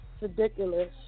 ridiculous